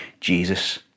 Jesus